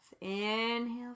inhale